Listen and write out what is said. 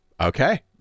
Okay